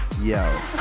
Yo